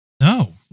No